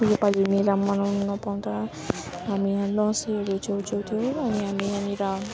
यो पालि मेला मनाउनु नपाउँदा हामी यहाँ लसेहरू जो जो थियौँ अनि हामी यहाँनिर